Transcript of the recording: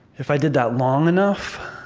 if i did that long enough,